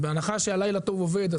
בהנחה שהפרויקט עוד עובד,